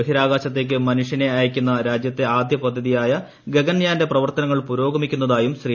ബഹിരാകാശത്തേക്ക് മനുഷ്യരെ അയക്കുന്ന രാജ്യത്തെ ആദ്യ പദ്ധതിയായ ഗഗൻയാന്റെ പ്രവർത്തനങ്ങൾ പുരോഗമിക്കുന്നതായും ശ്രീ